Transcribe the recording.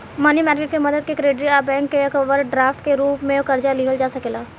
मनी market के मदद से क्रेडिट आ बैंक ओवरड्राफ्ट के रूप में कर्जा लिहल जा सकेला